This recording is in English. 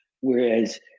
Whereas